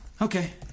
Okay